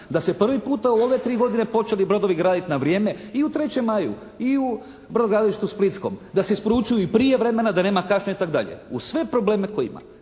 da se prvi puta u ove tri godine počeli brodovi graditi na vrijeme i u “3. maj“-u i u brodogradilištu splitskom, da se isporučuju i prije vremena, da nema kašnjenja itd. uz sve probleme koje ima.